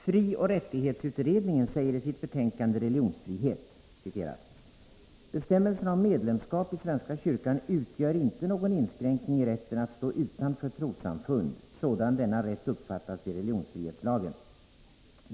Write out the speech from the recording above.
Frioch rättighetsutredningen säger i sitt betänkande Religionsfrihet: ”Bestämmelserna om medlemskap i svenska kyrkan utgör inte någon inksränkning i rätten att stå utanför trossamfund, sådan denna uppfattas i religionsfrihetslagen.